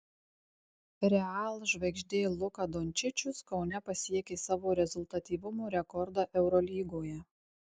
real žvaigždė luka dončičius kaune pasiekė savo rezultatyvumo rekordą eurolygoje